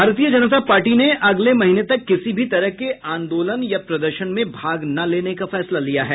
भारतीय जनता पार्टी ने अगले महीने तक किसी भी तरह के आन्दोलन या प्रदर्शन में भाग न लेने का फैसला लिया है